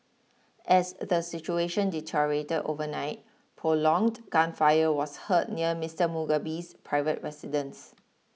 as the situation deteriorated overnight prolonged gunfire was heard near Mister Mugabe's private residence